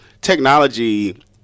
Technology